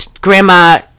Grandma